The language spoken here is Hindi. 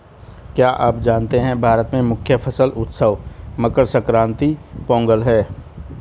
क्या आप जानते है भारत में मुख्य फसल उत्सव मकर संक्रांति, पोंगल है?